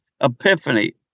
Epiphany